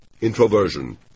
Introversion